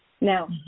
Now